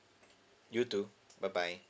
you too bye bye